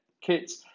kits